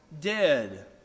dead